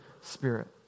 spirit